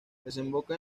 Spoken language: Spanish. desemboca